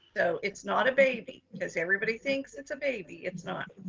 so it's not a baby. cause everybody thinks it's a baby, it's not.